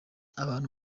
abantu